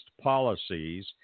policies